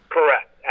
Correct